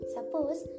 Suppose